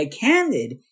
candid